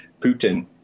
Putin